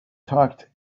talked